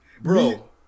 bro